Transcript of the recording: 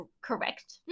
correct